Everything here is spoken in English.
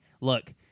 look